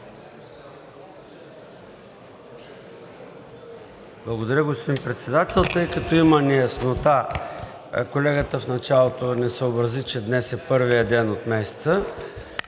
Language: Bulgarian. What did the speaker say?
Благодаря, господин Председател. Тъй като има неяснота – колегата в началото не съобрази, че днес е първият ден от месеца.